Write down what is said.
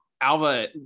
Alva